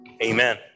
Amen